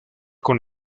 con